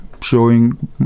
showing